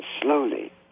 slowly